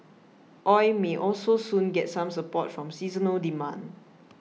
oil may also soon get some support from seasonal demand